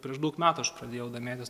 prieš daug metų aš pradėjau domėtis